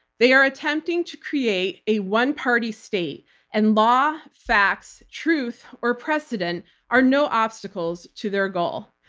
they are attempting to create a one party state and law, facts, truth or precedent are no obstacles to their goal.